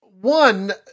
One